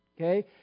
Okay